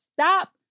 stop